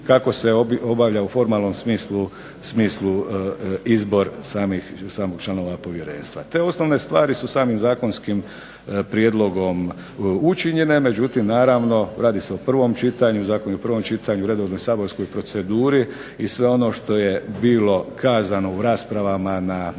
kako se obavlja u formalnom smislu izbor samih članova povjerenstva. Te osnovne stvari su samim zakonskim prijedlogom učinjene. Međutim, naravno radi se o prvom čitanju. Zakon je u prvom čitanju, redovnoj saborskoj proceduri. I sve ono što je bilo kazano u raspravama na